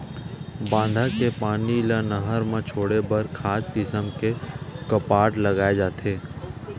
बांधा के पानी ल नहर म छोड़े बर खास किसम के कपाट लगाए जाथे